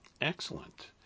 excellent